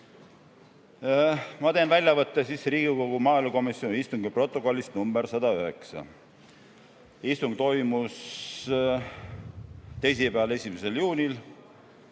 Ma teen väljavõtte Riigikogu maaelukomisjoni istungi protokollist nr 109. Istung toimus teisipäeval, 1. juunil